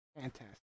fantastic